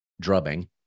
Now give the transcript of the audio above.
drubbing